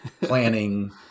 planning